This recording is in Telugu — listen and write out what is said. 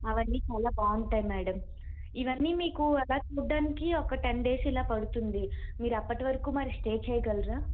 అవన్నీ చాలా బాగుంటాయి మ్యాడం ఇవన్నీ మీకు అలా చూడడానికి ఒక టెన్ డేస్ ఇలా పడుతుంది మీరు అప్పటి వరకు మరి స్టే చేయగలరా